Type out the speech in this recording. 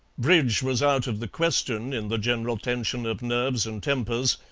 bridge was out of the question in the general tension of nerves and tempers,